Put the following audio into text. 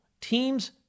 teams